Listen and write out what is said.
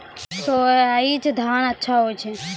सयाजी धान अच्छा होय छै?